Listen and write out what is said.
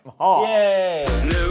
Yay